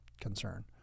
concern